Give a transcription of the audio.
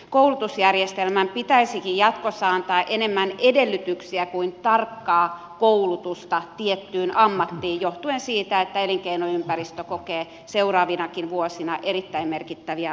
koulutusjärjestelmän pitäisikin jatkossa antaa enemmän edellytyksiä kuin tarkkaa koulutusta tiettyyn ammattiin johtuen siitä että elinkeinoympäristö kokee seuraavinakin vuosina erittäin merkittäviä muutoksia